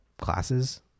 classes